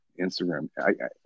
Instagram